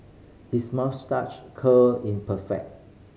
his moustache curl in perfect